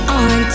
on